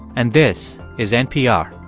and this is npr